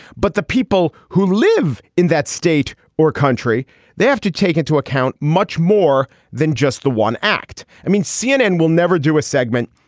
but the people who live in that state or country they have to take into account much more than just the one act. i mean cnn will never do a segment.